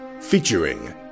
Featuring